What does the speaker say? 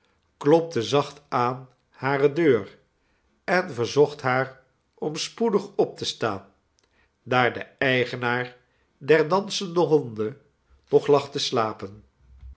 klopte zacht aan hare deur en verzocht haar om spoedig op te staan daar de eigenaar der dansende honden nog lag te slapen